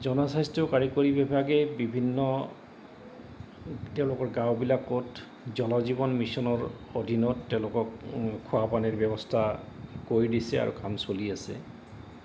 জনস্বাস্থ্য কাৰিকৰী বিভাগে বিভিন্ন তেওঁলোকৰ গাঁওবিলাকত জলজীৱন মিছনৰ অধীনত তেওঁলোকক খোৱা পানীৰ ব্যৱস্থা কৰি দিছে আৰু কাম চলি আছে